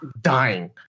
dying